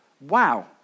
Wow